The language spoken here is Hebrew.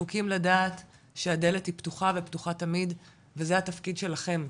זקוקים לדעת שהדלת היא פתוחה ופתוחה תמיד וזה התפקיד שלכם,